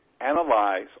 analyze